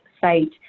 site